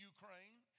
Ukraine